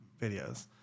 videos